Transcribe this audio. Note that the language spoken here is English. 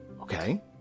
Okay